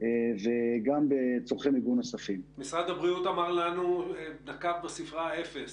מי שמוכר לו ביטוח,